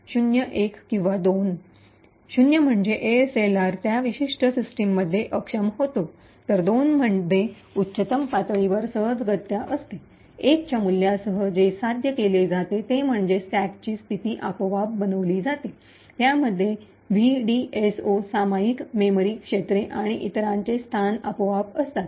0 म्हणजे एएसएलआर त्या विशिष्ट सिस्टीममध्ये अक्षम होतो तर 2 मध्ये उच्चतम पातळीवर सहजगत्या असते 1 च्या मूल्यासह जे साध्य केले जाते ते म्हणजे स्टॅकची स्थिती आपोआप बनविली जाते त्याचप्रमाणे व्हीडीएसओ सामायिक मेमरी क्षेत्रे आणि इतरांचे स्थान आपोआप असतात